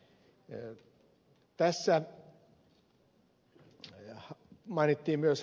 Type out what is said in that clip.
tässä mainittiin myös hanat